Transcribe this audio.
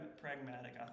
pragmatic